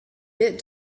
bit